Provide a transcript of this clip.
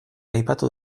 aipatu